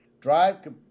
Drive